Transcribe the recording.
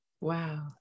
Wow